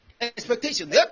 expectation